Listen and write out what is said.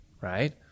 right